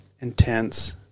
intense